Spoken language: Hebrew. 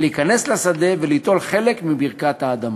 להיכנס לשדה וליטול חלק מברכת האדמה.